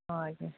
ହଁ ଆଜ୍ଞା